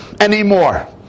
anymore